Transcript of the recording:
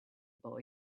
boy